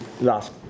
last